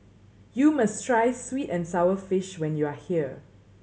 you must try sweet and sour fish when you are here